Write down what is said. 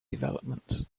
developments